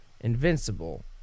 Invincible